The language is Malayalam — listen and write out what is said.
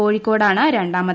കോഴിക്കോടാണ് രണ്ടാമത്